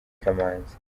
kamanzi